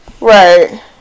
right